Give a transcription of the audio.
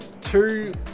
two